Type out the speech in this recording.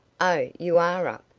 oh, you are up.